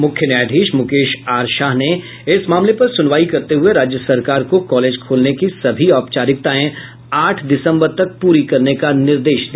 मुख्य न्यायाधीश मुकेश आर शाह ने इस मामले पर सुनवाई करते हुए राज्य सरकार को कॉलेज खोलने की सभी औपचारिकताएं आठ दिसम्बर तक पूरी करने का निर्देश दिया